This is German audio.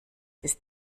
ist